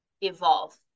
evolve